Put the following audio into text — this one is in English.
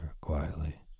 quietly